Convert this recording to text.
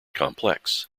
complex